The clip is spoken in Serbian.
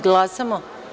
Glasamo?